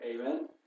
Amen